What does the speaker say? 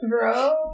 Bro